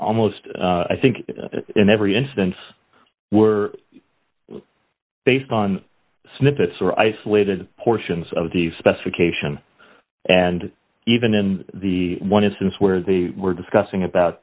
almost i think in every instance were based on snippets or isolated portions of the specification and even in the one instance where they were discussing about